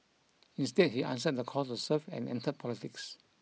instead he answered the call to serve and entered politics